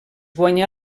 guanyà